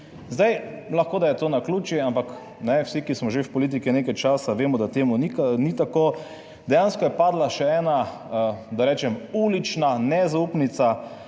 Zdaj, lahko da je to naključje, ampak ne, vsi, ki smo že v politiki nekaj časa, vemo, da temu ni tako. Dejansko je padla še ena, da rečem ulična nezaupnica